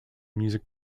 music